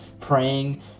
praying